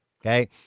okay